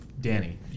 Danny